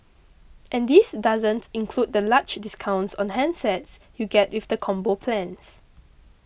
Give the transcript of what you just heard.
and this doesn't include the large discounts on handsets you get with the Combo plans